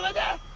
ah that